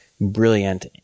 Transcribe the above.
brilliant